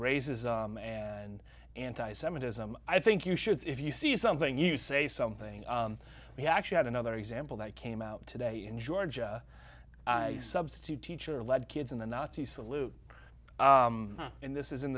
racism and anti semitism i think you should see if you see something you say something he actually had another example that came out today in georgia substitute teacher led kids in the nazi salute in this is